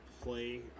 play